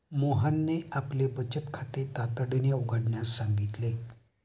मोहनने आपले बचत खाते तातडीने उघडण्यास सांगितले